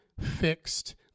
fixed